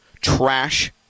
trash